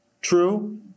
true